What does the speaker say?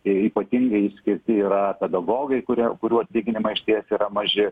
ypatingai išskirti yra pedagogai kurie kurių atlyginimai išties yra maži